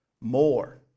more